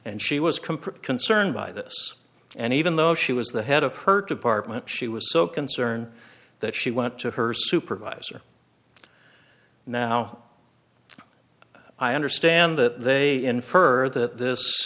and she was complete concerned by this and even though she was the head of her department she was so concerned that she went to her supervisor now i understand that they infer that